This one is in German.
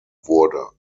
wurde